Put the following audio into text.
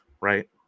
Right